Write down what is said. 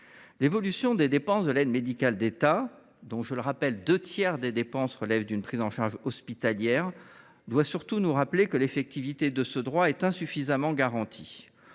L’évolution des dépenses de l’aide médicale de l’État, dont – je le rappelle – deux tiers des dépenses relèvent d’une prise en charge hospitalière, doit surtout nous rappeler que l’effectivité de ce droit est insuffisamment garantie.